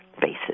bases